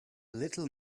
little